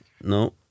No